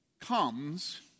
comes